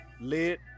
Lit